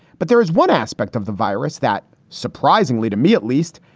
but there is one aspect of the virus that surprisingly to me at least,